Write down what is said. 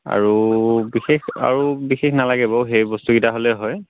আৰু বিশেষ আৰু বিশেষ নালাগে বাৰু সেই বস্তুকেইটা হ'লেই হয়